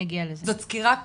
זו סקירה קצרה,